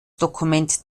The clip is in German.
dokument